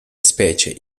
specie